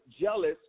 jealous